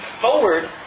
forward